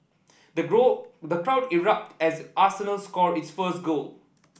the the crowd erupt as Arsenal score its first goal